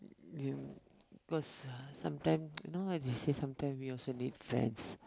you know cause uh some time you know as in we some time we also need friends